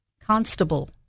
constable